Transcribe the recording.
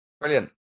brilliant